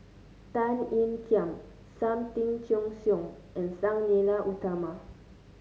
Tan Ean Kiam Sam Tan Chin Siong and Sang Nila Utama